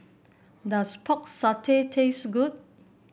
does Pork Satay taste good